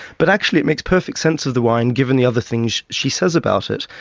but actually it makes perfect sense of the wine, given the other things she says about it.